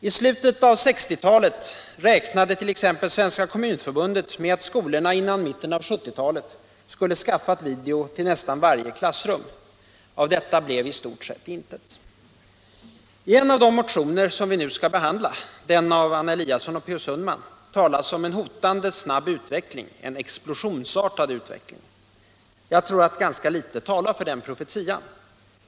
I slutet av 1960-talet räknade t.ex. Svenska kommunförbundet med att skolorna före mitten av 1970-talet skulle ha skaffat video till nästan varje klassrum. Av detta blev i stort sett intet. Jag tror att ganska litet talar för den profetian.